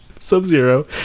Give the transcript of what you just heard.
Sub-Zero